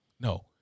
No